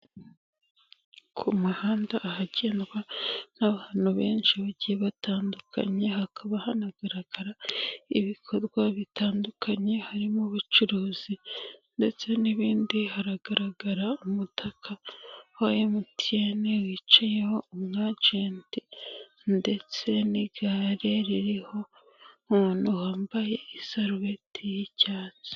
Ku muhanda ahagendwa n'abantu benshi bagiye batandukanye hakaba hanagaragara ibikorwa bitandukanye harimo ubucuruzi ndetse n'ibindi, haragaragara umutaka wa MTN wicayeho umwagenti ndetse n'igare ririho umuntu wambaye isarubeti y'icyatsi.